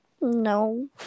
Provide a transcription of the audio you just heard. No